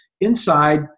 inside